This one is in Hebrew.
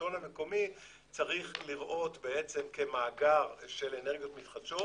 בשלטון המקומי צריך לראות מאגר של אנרגיות מתחדשות